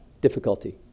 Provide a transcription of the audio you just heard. difficulty